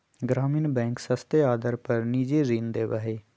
ग्रामीण बैंक सस्ते आदर पर निजी ऋण देवा हई